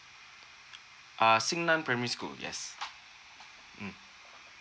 uh xin nan primary school yes mm